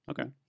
Okay